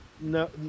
no